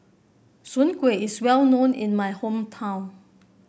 Soon Kuih is well known in my hometown